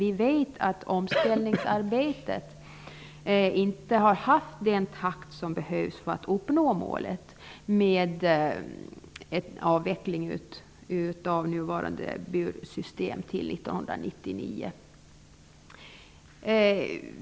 Vi vet att omställningsarbetet inte har haft den takt som behövs för att uppnå målet med en avveckling av nuvarande bursystem till 1999.